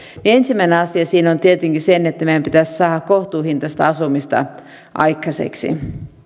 ensimmäinen asia siinä on tietenkin se että meidän pitäisi saada kohtuuhintaista asumista aikaiseksi